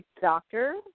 doctor